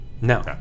No